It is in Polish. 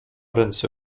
ręce